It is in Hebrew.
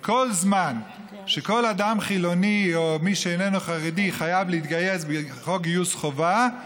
וכל זמן שכל אדם חילוני או מי שאיננו חרדי חייב להתגייס בחוק גיוס חובה,